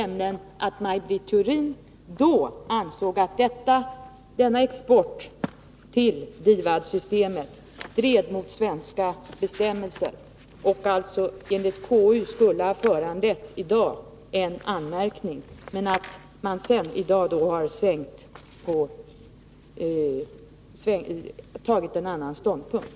Maj Britt Theorin ansåg nämligen då att denna export till DIVAD-systemet stred mot svenska bestämmelser — och alltså enligt KU skulle ha föranlett en anmärkning i dag. Men SAP har nu intagit en annan ståndpunkt.